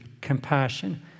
compassion